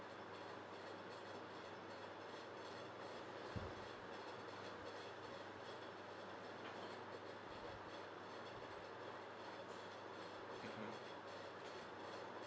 mmhmm